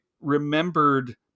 remembered